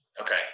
Okay